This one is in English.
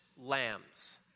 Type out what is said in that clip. lambs